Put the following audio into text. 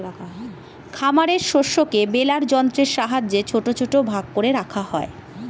খামারের শস্যকে বেলার যন্ত্রের সাহায্যে ছোট ছোট ভাগ করে রাখা হয়